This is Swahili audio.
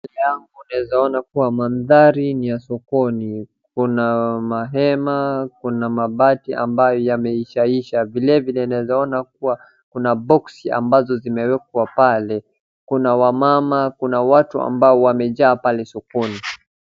Mbele yangu naweza ona kuwa mandhari ni ya sokoni, kuna mahema, kuna mabati ambayo yameishaisha vile vile, nawezaona kuwa kuna boksi ambazo zimewekwa pale, kuna wamama, kuna watu ambao wamejaa pale sokoni.